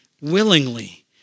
willingly